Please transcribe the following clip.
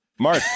Mark